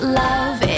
love